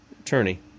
attorney